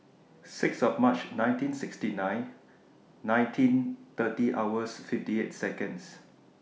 six of March nineteen sixty nine nineteen thirty hours fifty eight Seconds